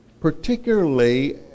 particularly